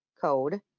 Code